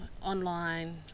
online